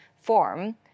form